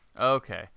Okay